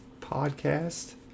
podcast